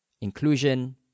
inclusion